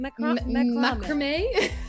macrame